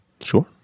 sure